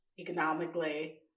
economically